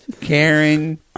Karen